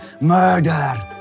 murder